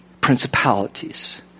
principalities